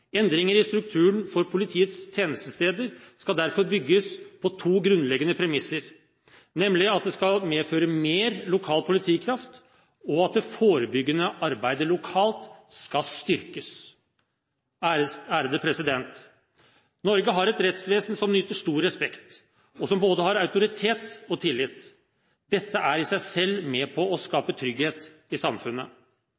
Endringer i strukturen for politiets tjenestesteder skal derfor bygges på to grunnleggende premisser, nemlig at det skal medføre mer lokal politikraft, og at det forebyggende arbeidet lokalt skal styrkes. Norge har et rettsvesen som nyter stor respekt, og som har både autoritet og tillit. Dette er i seg selv med på å